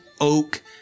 oak